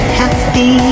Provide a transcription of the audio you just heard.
happy